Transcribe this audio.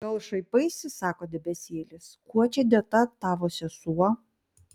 gal šaipaisi sako debesėlis kuo čia dėta tavo sesuo